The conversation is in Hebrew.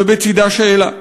ובצדה שאלה: